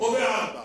או בארבע.